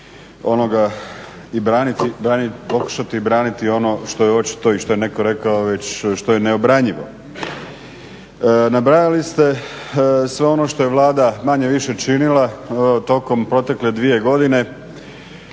onoga i pokušati braniti ono što je očito i što je netko rekao već, što je neobranjivo. Nabrajali ste sve ono što je Vlada manje-više činila tokom protekle 2 godine,